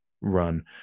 run